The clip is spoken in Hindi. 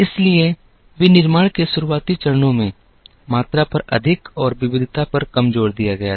इसलिए विनिर्माण के शुरुआती चरणों में मात्रा पर अधिक और विविधता पर कम जोर दिया गया था